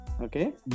Okay